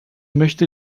möchte